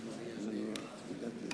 (חותם